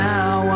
Now